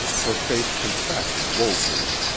her face contracted woefully,